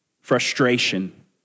frustration